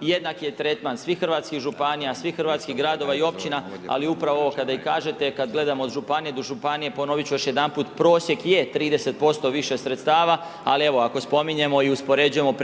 Jednak je tretman svih hrvatskih županija, svih hrvatskih gradova i općina ali upravo ovo kada i kažete kad gledamo od županije do županije ponovit ću još jedanput prosjek je 30% više sredstava, ali evo ako spominjemo ili uspoređujemo prethodno